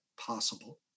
possible